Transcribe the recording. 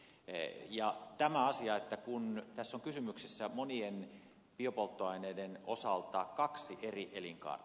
ei tämä asia että kun tässä on kysymyksessä monien biopolttoaineiden osalta kaksi eri elinkaarta